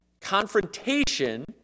confrontation